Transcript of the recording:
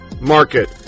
market